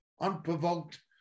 unprovoked